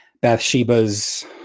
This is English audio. Bathsheba's